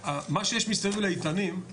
מה זה, זה איתנים מה שנשרף שם?